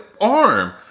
arm